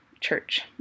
church